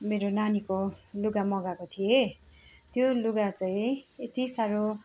मेरो नानीको लुगा मगाएको थिएँ त्यो लुगा चाहिँ यति साह्रो